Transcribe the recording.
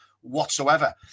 whatsoever